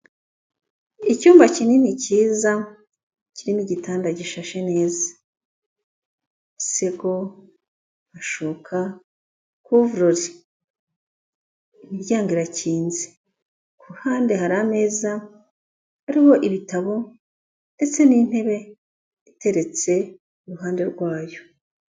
Icyumba kinini kiza kirimo igitanda gishashe neza, umusego, amashuka, couvre lit, imiryango irakinze, ku ruhande hari ameza hariho ibitabo ndetse n'intebe iteretse iruhande rwayo.